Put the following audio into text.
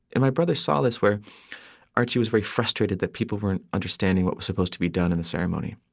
and my brother saw this, where archie was very frustrated that people weren't understanding what was supposed to be done in the ceremony.